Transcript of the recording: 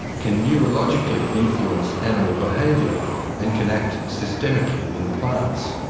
can neurologically influence animal behaviour and can act systemically in plants.